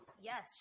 yes